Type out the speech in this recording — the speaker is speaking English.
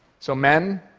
so men,